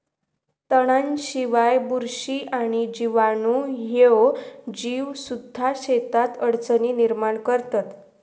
तणांशिवाय, बुरशी आणि जीवाणू ह्ये जीवसुद्धा शेतात अडचणी निर्माण करतत